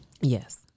Yes